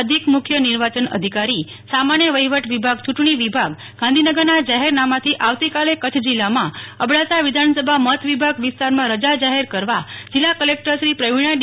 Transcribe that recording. અધિક મુખ્ય નિર્વાચન અધિકારી સામાન્ય વહીવટ વિભાગ ચૂંટણી વિભાગ ગાંધીનગરના જાહેરનામાથી આવતીકાલે કચ્છ જિલ્લામાં અબડાસા વિધાનસભા મતવિભાગ વિસ્તારમાં રજા જાહેર કરવા જિલ્લા કલેકટરશ્રી પ્રવિણા ડી